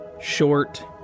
Short